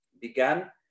began